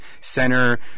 Center